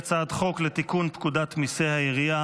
ההצעה להעביר את הצעת החוק לתיקון פקודת מיסי העירייה